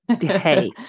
hey